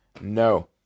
no